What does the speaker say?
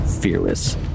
fearless